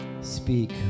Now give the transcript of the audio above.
Speak